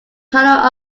panel